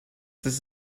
this